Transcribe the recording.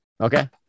Okay